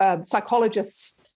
psychologists